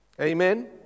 Amen